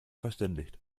verständigt